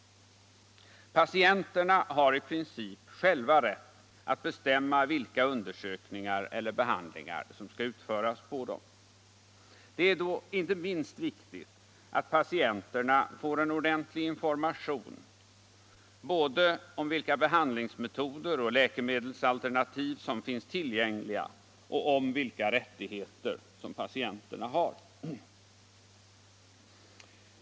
Patienterna har i princip själva rätt att bestämma vilka undersökningar och behandlingar som skall utföras på dem. Det är då inte minst viktigt att patienterna får ordentlig information både om vilka behandlingsmetoder och läkemedelsalternativ som finns tillgängliga och om vilka rättigheter patienterna har.